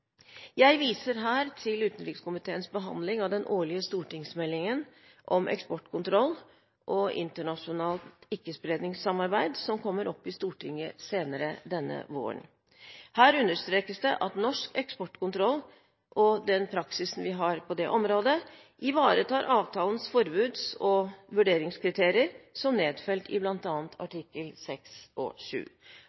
Jeg viser her til utenrikskomiteens behandling av den årlige stortingsmeldingen om eksportkontroll og internasjonalt ikke-spredningssamarbeid, som kommer opp i Stortinget senere denne våren. Her understrekes det at norsk eksportkontroll og den praksis vi har på det området, ivaretar avtalens forbuds- og vurderingskriterier som nedfelt i